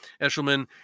Eshelman